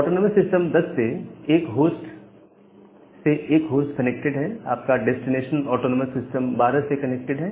autonomous system 10 से एक host से एक होस्ट कनेक्टेड है आपका डेस्टिनेशन ऑटोनॉमस सिस्टम 12 से कनेक्टेड है